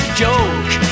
joke